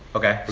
okay,